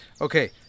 Okay